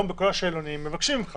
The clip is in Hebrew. הרי היום בכל השאלונים מבקשים ממך